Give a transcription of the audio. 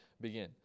begin